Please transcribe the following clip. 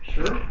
Sure